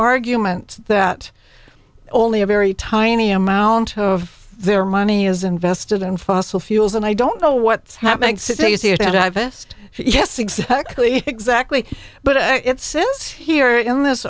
argument that only a very tiny amount of their money is invested in fossil fuels and i don't know what's happened since a z and divest yes exactly exactly but it says here in this